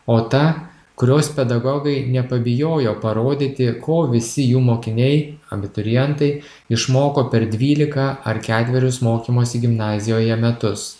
o ta kurios pedagogai nepabijojo parodyti ko visi jų mokiniai abiturientai išmoko per dvylika ar ketverius mokymosi gimnazijoje metus